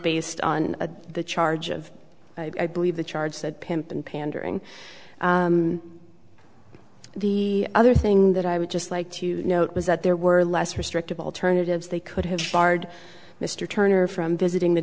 based on the charge of i believe the charge said pimp and pandering the other thing that i would just like to note was that there were less restrictive alternatives they could have barred mr turner from visiting the